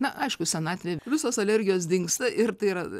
na aišku senatvėj visos alergijos dingsta ir tai yra